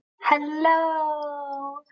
Hello